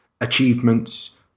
achievements